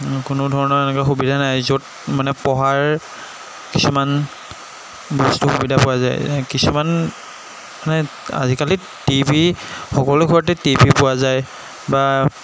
কোনো ধৰণৰ এনেকৈ সুবিধা নাই য'ত মানে পঢ়াৰ কিছুমান বস্তু সুবিধা পোৱা যায় কিছুমান মানে আজিকালি টি ভি সকলো ঘৰতে টি ভি পোৱা যায় বা